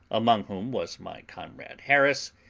among whom was my comrade harris,